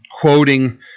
Quoting